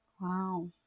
Wow